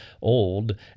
old